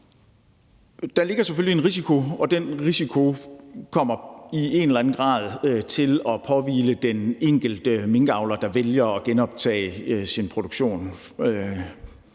Der ligger selvfølgelig en risiko, og den risiko kommer i en eller anden grad til at påhvile den enkelte minkavler, der vælger at genoptage sin produktion.